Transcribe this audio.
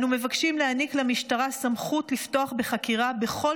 אנו מבקשים להעניק למשטרה סמכות לפתוח בחקירה בכל